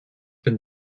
been